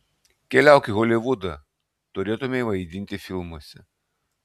keliauk į holivudą turėtumei vaidinti filmuose